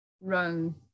run